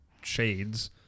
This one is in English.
shades